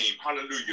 hallelujah